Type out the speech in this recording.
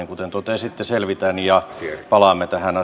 kuten totesitte selvitän ja palaamme tähän